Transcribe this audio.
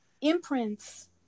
imprints